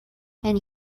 and